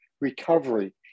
recovery